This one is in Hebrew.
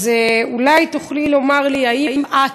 אולי תוכלי לומר לי, האם את,